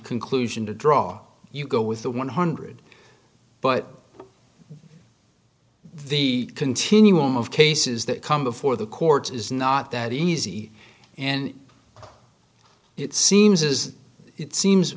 conclusion to draw you go with the one hundred but the continuum of cases that come before the courts is not that easy and it seems is it seems